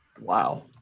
Wow